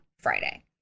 Friday